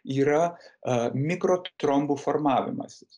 yra a mikrotrombų formavimasis